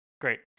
great